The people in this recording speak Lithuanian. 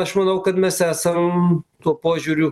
aš manau kad mes esam tuo požiūriu